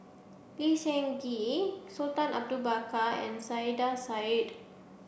Lee Seng Gee Sultan Abu Bakar and Saiedah Said